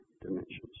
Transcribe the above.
dimensions